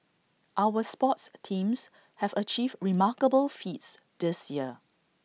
our sports teams have achieved remarkable feats this year